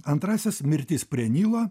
antrasis mirtis prie nilo